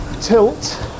tilt